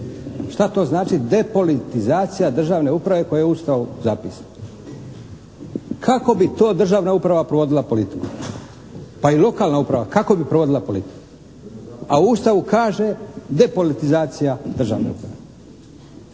Šta to znači depolitizacija državne uprave koja je u Ustavu zapisana? Kako bi to državna uprava provodila politiku? Pa i lokalna uprava, kako bi provodila politiku? A u Ustavu kaže depolitizacija državne uprave.